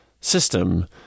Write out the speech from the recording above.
system